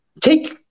Take